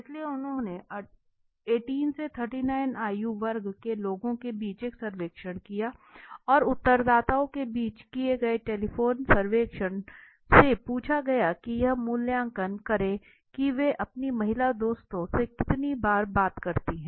इसके लिए उन्होंने 18 39 आयु वर्ग के लोगों के बीच एक सर्वेक्षण किया और उत्तरदाताओं के बीच किए गए टेलीफोनिक सर्वेक्षण से पूछा गया की यह मूल्यांकन करें की वे अपने महिला दोस्तों से कितनी बार बात करती हैं